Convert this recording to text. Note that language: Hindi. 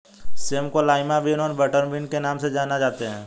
सेम को लाईमा बिन व बटरबिन के नाम से भी जानते हैं